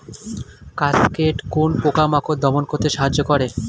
Cascade কোন পোকা মাকড় দমন করতে সাহায্য করে?